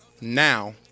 Now